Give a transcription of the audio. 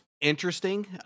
interesting